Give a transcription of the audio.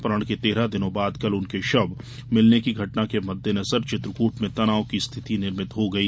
अपहरण के तेरह दिनों बाद कल उनके शव मिलने की घटना के मद्देनजर चित्रकूट में तनाव की स्थिति निर्मित हो गई